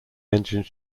engines